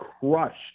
crushed